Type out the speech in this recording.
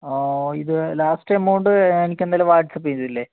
ഓഹ് ഇത് last amount എനിക്കെന്തായാലും WhatsApp ചെയ്തുതരില്ലേ